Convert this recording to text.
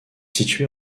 situé